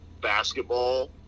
basketball